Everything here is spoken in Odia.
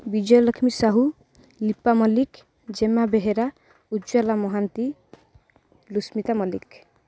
ବିଜୟଲକ୍ଷ୍ମୀ ସାହୁ ଲିପା ମଲ୍ଲିକ ଜେମା ବେହେରା ଉଜ୍ଜ୍ୱଲା ମହାନ୍ତି ଲୁସ୍ମିତା ମଲ୍ଲିକ